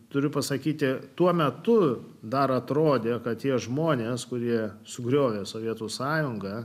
turiu pasakyti tuo metu dar atrodė kad tie žmonės kurie sugriovė sovietų sąjungą